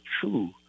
true